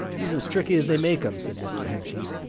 he's as tricky as they make em, said mr. henchy.